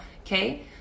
okay